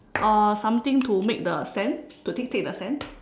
uh something to make the sand to take take the sand